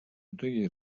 итоге